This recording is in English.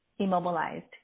immobilized